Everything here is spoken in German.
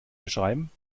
beschreiben